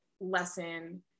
lesson